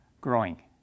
growing